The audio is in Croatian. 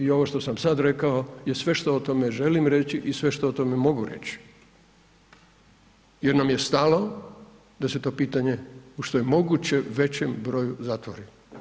I ovo što sam sad rekao je sve što o tome želim reći i sve što o tome moguć reći, jer nam je stalo da se to pitanje u što je moguće većem broju zatvori.